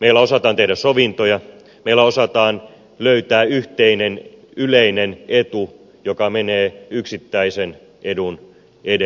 meillä osataan tehdä sovintoja meillä osataan löytää yhteinen yleinen etu joka menee yksittäisen edun edelle